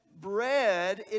bread